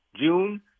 June